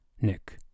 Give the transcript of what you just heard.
Nick